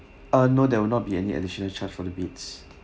ah no that will not be any additional charge for the beds